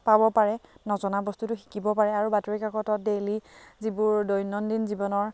পাব পাৰে নজনা বস্তুটো শিকিব পাৰে আৰু বাতৰি কাকতত ডেইলি যিবোৰ দৈনন্দিন জীৱনৰ